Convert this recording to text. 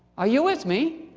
are you with me?